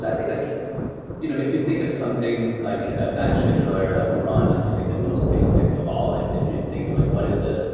i think like you know if you think of something like a batch scheduler, like cron. if you think the most basic of all, if you think of like what is ah